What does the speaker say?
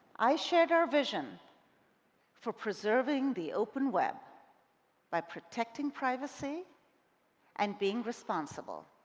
i shared our vision for preserving the open web by protecting privacy and being responsible